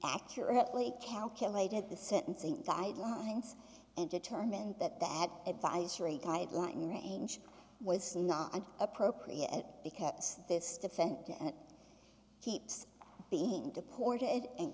accurately calculated the sentencing guidelines and determined that the advisory guideline range was not appropriate because this defendant keeps being deported and